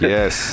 Yes